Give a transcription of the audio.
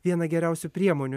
vieną geriausių priemonių